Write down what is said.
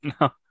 no